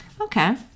Okay